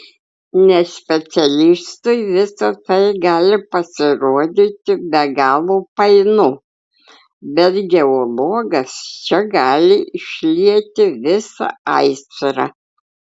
nespecialistui visa tai gali pasirodyti be galo painu bet geologas čia gali išlieti visą aistrą